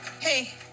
hey